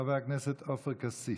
חבר הכנסת עופר כסיף.